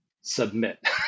submit